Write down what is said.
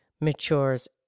matures